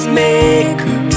maker